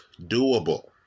doable